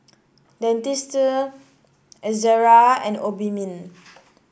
Dentiste Ezerra and Obimin